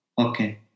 Okay